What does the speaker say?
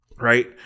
Right